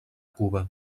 cuba